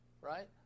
right